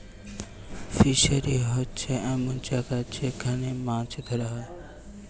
fishery হোচ্ছে এমন জাগা যেখান মাছ ধোরা হয়